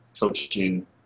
coaching